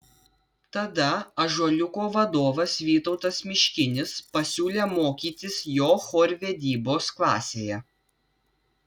tada ąžuoliuko vadovas vytautas miškinis pasiūlė mokytis jo chorvedybos klasėje